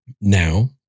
Now